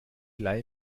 leihe